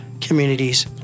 communities